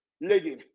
lady